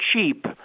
cheap